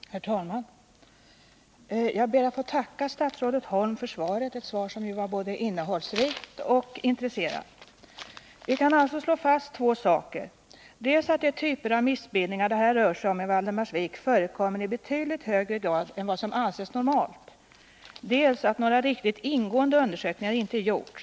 Nr 29 Herr talman! Jag ber att få tacka statsrådet Holm för svaret, som ju var både Torsdagen den innehållsrikt och intressant. 15 november 1979 Vi kan alltså slå fast två saker, nämligen dels att de typer av missbildningar det rör sig om i Valdemarsvik förekommer i betydligt högre grad där än vad — Om undersökning som anses normalt, dels att några riktigt ingående undersökningar inte gjorts.